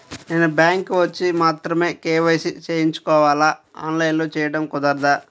నేను బ్యాంక్ వచ్చి మాత్రమే కే.వై.సి చేయించుకోవాలా? ఆన్లైన్లో చేయటం కుదరదా?